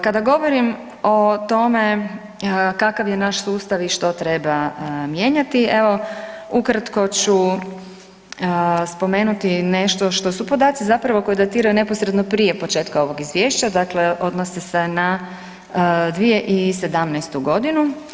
Kada govorim o tome kakav je naš sustav i što treba mijenjati, evo ukratko ću spomenuti nešto što su podaci zapravo koji datiraju neposredno prije početka ovog Izvješća dakle, odnose se na 2017. godinu.